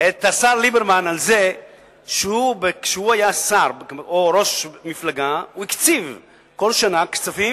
את השר ליברמן על זה שכשהוא היה שר או ראש מפלגה הוא הקציב כל שנה כספים